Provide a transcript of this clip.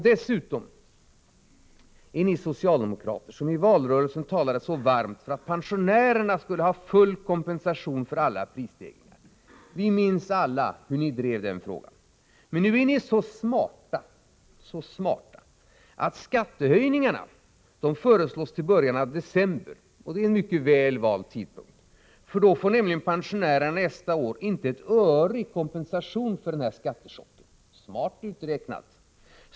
Dessutom: Ni socialdemokrater, som i valrörelsen talade så varmt för att pensionärerna skulle ha full kompensation för alla prisstegringar — vi minns alla hur ni drev den frågan — är så smarta att skattehöjningarna föreslås träda i kraft i början av december. Det är en mycket väl vald tidpunkt. Då får nämligen pensionärerna nästa år inte ett öre i kompensation för skattechocken. Smart uträknat!